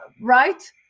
right